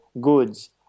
goods